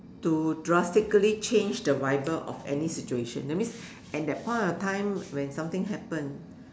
to drastically change the vibe of any situation that means at that point of time when something happen